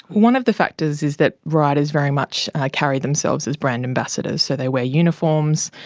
one of the factors is that riders very much carry themselves as brand ambassadors. so they wear uniforms.